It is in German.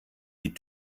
die